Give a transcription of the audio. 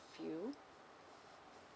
field